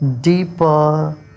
deeper